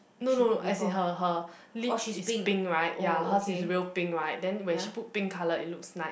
no no as in her her lip is pink right ya hers is real pink right then when she put pink colour it looks nice